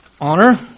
honor